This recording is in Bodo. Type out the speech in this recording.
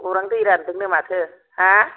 गौरां दै रानदोंनो माथो हा